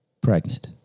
pregnant